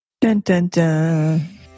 Dun-dun-dun